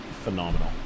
phenomenal